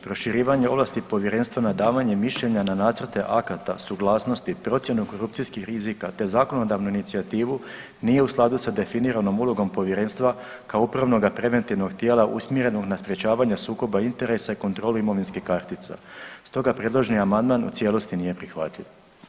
Proširivanje ovlasti povjerenstva na davanje mišljenja na nacrte akata suglasnosti, procjenu korupcijskih rizika te zakonodavnu inicijativu nije u skladu sa definiranom ulogom povjerenstva kao upravnoga preventivnog tijela usmjerenu na sprječavanje sukoba interesa i kontrolu imovinskih kartica, stoga predloženi amandman u cijelosti nije prihvatljiv.